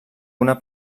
una